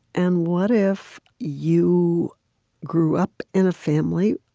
and what if you grew up in a family